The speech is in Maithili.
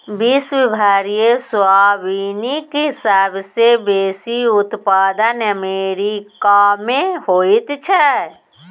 विश्व भरिमे सोयाबीनक सबसे बेसी उत्पादन अमेरिकामे होइत छै